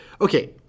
Okay